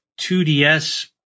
2DS